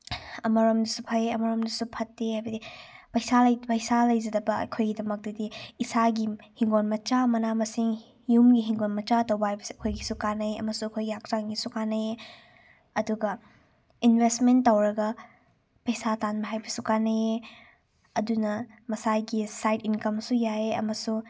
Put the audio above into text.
ꯑꯃꯔꯣꯝꯗꯁꯨ ꯐꯩ ꯑꯃꯔꯣꯝꯗꯁꯨ ꯐꯠꯇꯦ ꯍꯥꯏꯕꯗꯤ ꯄꯩꯁꯥ ꯄꯩꯁꯥ ꯂꯩꯖꯗꯕ ꯑꯩꯈꯣꯏꯒꯤꯗꯃꯛꯇꯗꯤ ꯏꯁꯥꯒꯤ ꯍꯤꯡꯒꯣꯟ ꯃꯆꯥ ꯃꯅꯥ ꯃꯁꯤꯡ ꯌꯨꯝꯒꯤ ꯍꯤꯡꯒꯣꯟ ꯃꯆꯥ ꯇꯧꯕ ꯍꯥꯏꯕꯁꯤ ꯑꯩꯈꯣꯏꯒꯤꯁꯨ ꯀꯥꯅꯩ ꯑꯃꯁꯨꯡ ꯑꯩꯈꯣꯏꯒꯤ ꯍꯛꯆꯥꯡꯒꯤꯁꯨ ꯀꯥꯅꯩ ꯑꯗꯨꯒ ꯏꯟꯚꯦꯁꯃꯦꯟ ꯇꯧꯔꯒ ꯄꯩꯁꯥ ꯇꯥꯟꯕ ꯍꯥꯏꯕꯁꯨ ꯀꯥꯅꯩꯌꯦ ꯑꯗꯨꯅ ꯃꯁꯥꯒꯤ ꯁꯥꯏꯠ ꯏꯪꯀꯝꯁꯨ ꯌꯥꯏꯌꯦ ꯑꯃꯁꯨ